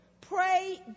Pray